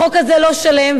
החוק הזה לא שלם.